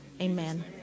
amen